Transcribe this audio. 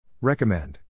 Recommend